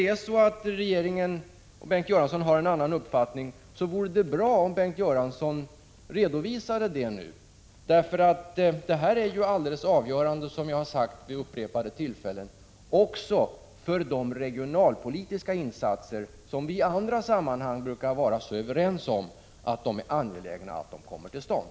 Om regeringen och Bengt Göransson har en annan uppfattning, vore det bra om Bengt Göransson redovisade det nu, för detta är, som jag har sagt vid upprepade tillfällen, helt avgörande också för de regionalpolitiska insatser som vi i andra sammanhang brukar vara överens om är mycket angelägna.